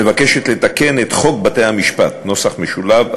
מבקשת לתקן את חוק בתי-המשפט [נוסח משולב],